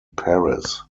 paris